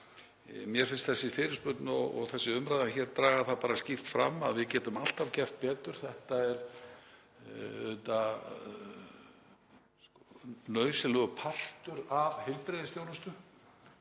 Mér finnst þessi fyrirspurn og þessi umræða hér draga það bara skýrt fram að við getum alltaf gert betur. Þetta er auðvitað nauðsynlegur partur af heilbrigðisþjónustu.